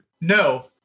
No